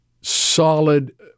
solid